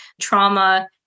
trauma